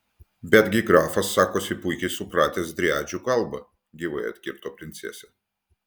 betgi grafas sakosi puikiai supratęs driadžių kalbą gyvai atkirto princesė